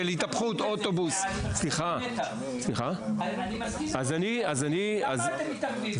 התהפכות אוטובוס ----- למה אתם מתערבים?